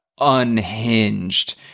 unhinged